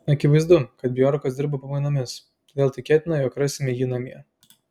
akivaizdu kad bjorkas dirba pamainomis todėl tikėtina jog rasime jį namie